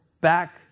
back